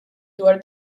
dwar